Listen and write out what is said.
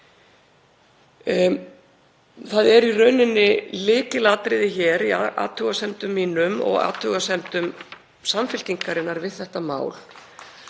Það er í raun lykilatriði hér í athugasemdum mínum og í athugasemdum Samfylkingarinnar við þetta mál